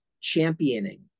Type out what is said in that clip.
championing